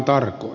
joo